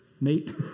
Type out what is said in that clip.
mate